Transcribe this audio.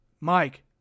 Mike